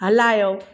हलायो